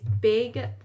big